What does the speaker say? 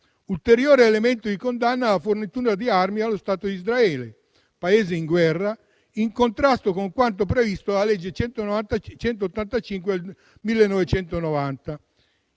Ulteriore elemento di condanna è la fornitura di armi allo Stato di Israele, Paese in guerra, in contrasto con quanto previsto dalla legge n. 185 del 1990.